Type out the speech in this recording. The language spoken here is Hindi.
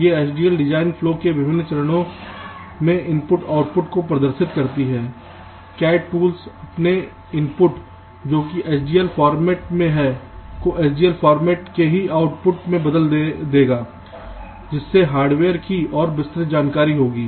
यह HDL डिजाइन फ्लो के विभिन्न चरणों में इनपुट आउटपुट को प्रदर्शित करती है CAD Tool अपने इनपुट को जोकि HDL फॉर्मेट में है को HDL फॉर्मेट के ही आउटपुट में बदल देगा जिसमें हार्डवेयर की और विस्तृत जानकारी होगी